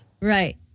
Right